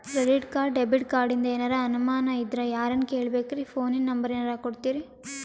Credit card, debit ಕಾರ್ಡಿಂದ ಏನರ ಅನಮಾನ ಇದ್ರ ಯಾರನ್ ಕೇಳಬೇಕ್ರೀ, ಫೋನಿನ ನಂಬರ ಏನರ ಕೊಡ್ತೀರಿ?